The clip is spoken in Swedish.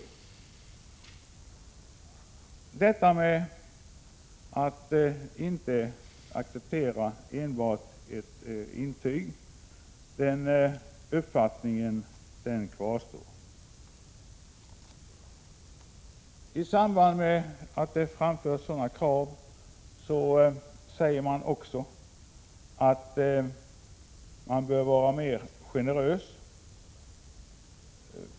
Uppfattningen att man inte kan acceptera enbart ett intyg kvarstår. I samband med att det framförs sådana krav säger man också att bedömningen bör vara mer generös.